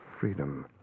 freedom